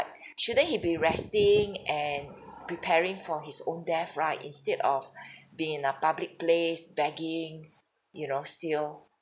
shouldn't he be resting and preparing for his own death right instead of being in a public place begging you know still